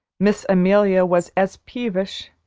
miss amelia was as peevish,